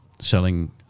selling